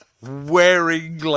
wearing